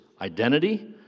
identity